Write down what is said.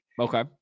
Okay